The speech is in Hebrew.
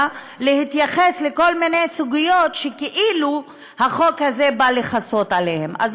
להתייחס לכל מיני סוגיות שכאילו החוק הזה בא לכסות אותן.